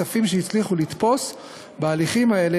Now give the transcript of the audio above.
אך הכספים שהצליחו לתפוס בהליכים האלה